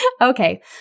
Okay